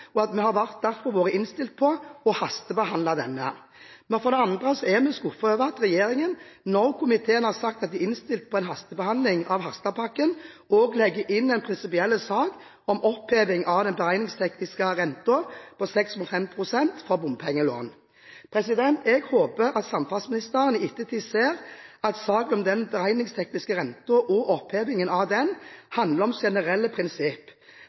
og vi har derfor vært innstilt på hastebehandling av denne. Men for det andre er vi skuffet over at regjeringen, når komiteen har sagt at den er innstilt på en hastebehandling av Harstad-pakken, også legger inn en prinsipiell sak om oppheving av den beregningstekniske renten på 6,5 pst. for bompengelån. Jeg håper at samferdselsministeren i ettertid ser at saken om den beregningstekniske renten og opphevingen av den handler om generelle